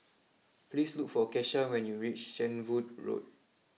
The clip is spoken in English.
please look for Kesha when you reach Shenvood Road